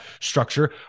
structure